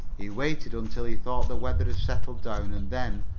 he waited until he thought the weather had settled down and then,